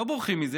לא בורחים מזה.